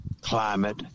climate